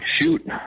Shoot